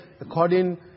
according